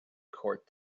court